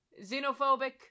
xenophobic